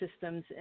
systems